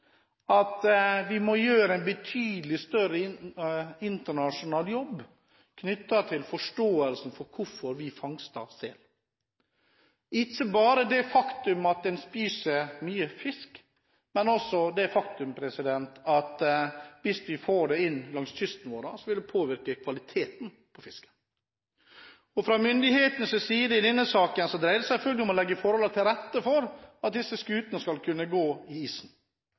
at vi må gjøre en betydelig større internasjonal jobb knyttet til forståelsen av hvorfor vi fangster sel – ikke bare det faktum at den spiser mye fisk, men også det faktum at hvis vi får den inn langs kysten vår, vil det påvirke kvaliteten på fisken. Fra myndighetenes side dreier det seg i denne saken selvfølgelig om å legge forholdene til rette for at disse skutene skal kunne gå i isen.